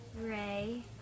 Ray